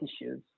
issues